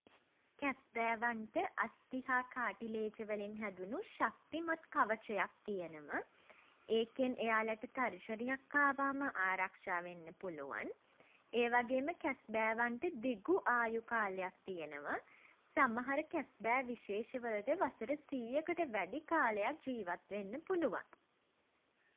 කැස්බෑවන්ට අස්ථි හා කාටිලේජ වලින් හැදුණු ශක්තිමත් කවචයක් තියෙනවා. ඒකෙන් එයාලට තර්ජනයක් අවාම ආරක්ෂා වෙන්න පුළුවන්. ඒ වගේම කැස්බෑවන්ට දිගු ආයු කාලයක් තියෙනවා. සමහර කැස්බෑ විශේෂ වලට වසර සියයකට වැඩි කාලයක් ජීවත් වෙන්න පුළුවන්.